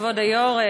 כבוד היושבת-ראש,